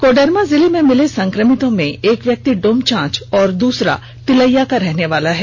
कोडरमा जिले में मिले संक्रमितों में एक व्यक्ति डोमचांच और दूसरा तिलैया का रहने वाला है